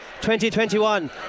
2021